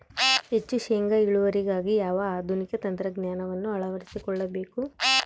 ಹೆಚ್ಚು ಶೇಂಗಾ ಇಳುವರಿಗಾಗಿ ಯಾವ ಆಧುನಿಕ ತಂತ್ರಜ್ಞಾನವನ್ನು ಅಳವಡಿಸಿಕೊಳ್ಳಬೇಕು?